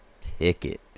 ticket